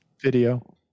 video